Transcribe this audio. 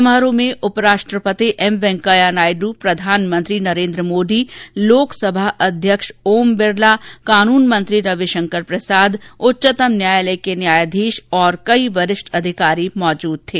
समारोह में उपराष्ट्रपति एमवेंकैया नायडू प्रधानमंत्री नरेन्द्र मोदी लोकसभा अध्यक्ष ओम बिरला कानून मंत्री रविशंकर प्रसाद उच्चतम न्यायालय के न्यायाधीश और कई वरिष्ठ अधिकारी उपस्थित थे